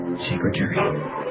Secretary